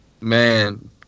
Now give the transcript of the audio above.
Man